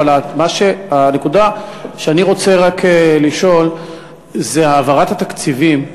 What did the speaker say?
אבל הנקודה שבה אני רוצה רק לשאול היא: העברת התקציבים,